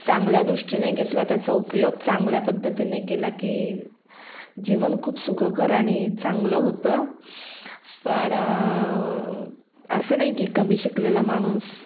चांगल्या दृष्टीने घेतला त्याचा उपयोग चांगल्या पद्धतीने केला की जीवन खूप सुखकर आणि चांगलं होतं पण असं नाही की कमी शिकलेला माणूस